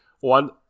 one